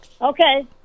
Okay